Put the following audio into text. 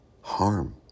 harm